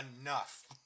enough